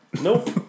Nope